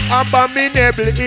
abominable